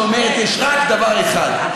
שאומרת: יש רק דבר אחד,